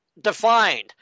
defined